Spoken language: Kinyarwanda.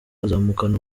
azamukana